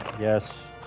Yes